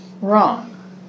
wrong